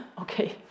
Okay